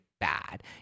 Bad